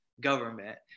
government